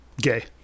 gay